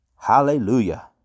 Hallelujah